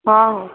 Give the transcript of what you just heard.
ହଁ